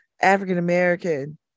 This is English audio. african-american